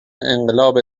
انقلاب